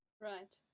Right